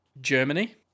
Germany